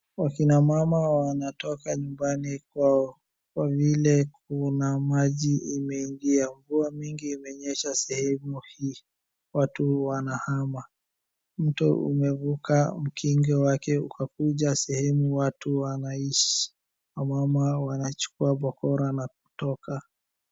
Wakina mama wanatoka nyumba kwao. Kwa vile kuna maji imeingia mvua mingi imenyesha sehemu hii ,watu wanahama. Mto umevuka ukinge wake ukakuja sehemu watu wanaishi, wamama wanachukua bokola na kutoka.